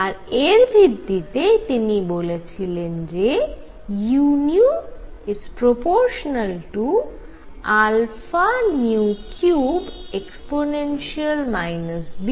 আর এর ভিত্তি তে তিনি বলেছিলেন যে u 3e βνkT